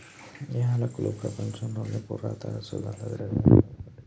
యాలకులు ప్రపంచంలోని పురాతన సుగంధ ద్రవ్యలలో ఒకటి